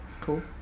Cool